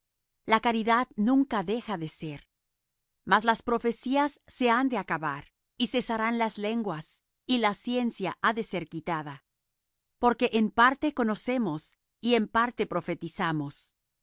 la caridad nunca deja de ser mas las profecías se han de acabar y cesarán las lenguas y la ciencia ha de ser quitada porque en parte conocemos y en parte profetizamos